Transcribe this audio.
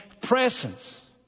presence